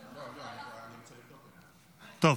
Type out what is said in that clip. --- טוב,